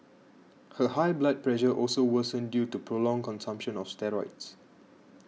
her high blood pressure also worsened due to prolonged consumption of steroids